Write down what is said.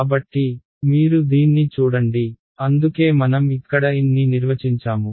కాబట్టి మీరు దీన్ని చూడండి అందుకే మనం ఇక్కడ n ని నిర్వచించాము